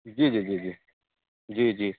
जी जी जी जी जी